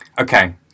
Okay